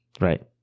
Right